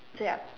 so yup